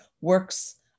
works